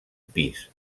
pis